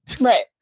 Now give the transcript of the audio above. right